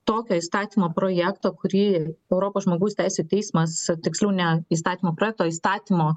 tokio įstatymo projekto kurį europos žmogaus teisių teismas tiksliau ne įstatymo projekto o įstatymo